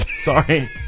Sorry